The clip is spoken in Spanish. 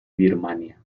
birmania